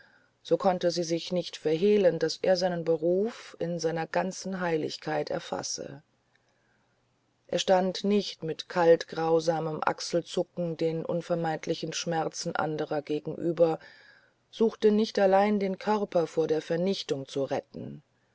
so konnte sie sich nicht verhehlen daß er seinen beruf in seiner ganzen heiligkeit erfasse er stand nicht mit kalt grausamem achselzucken den unvermeidlichen schmerzen anderer gegenüber suchte nicht allein den körper vor der vernichtung zu retten